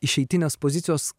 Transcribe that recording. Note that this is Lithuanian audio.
išeitinės pozicijos